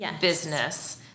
business